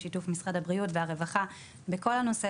בשיתוף משרד הבריאות והרווחה בכל הנושא